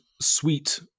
sweet